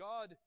God